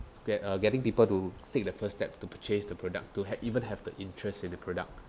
that uh getting people to take the first step to purchase the product to had even have the interest in the product